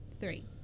Three